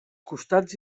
costats